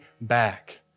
back